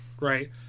right